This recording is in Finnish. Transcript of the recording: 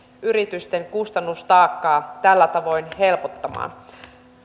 yritysten kustannustaakkaa tällä tavoin helpottamaan